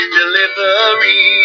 delivery